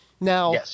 Now